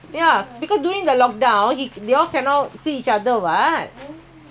so I write in to the police I write in I tell them uh